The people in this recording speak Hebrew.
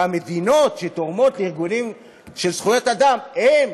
והמדינות שתורמות לארגונים של זכויות אדם, הן,